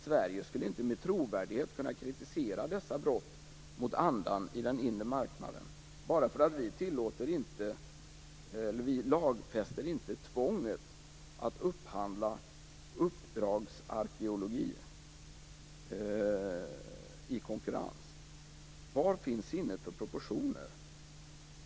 Sverige skulle inte med trovärdighet kunna kritisera dessa brott mot andan i den inre marknaden, eftersom vi inte lagfäster tvånget att upphandla uppdragsarkeologi i konkurrens! Var finns sinnet för proportioner?